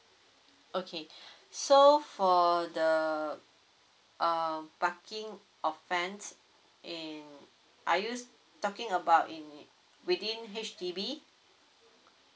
okay so for the um parking offence in are you talking about in uh within H_D_B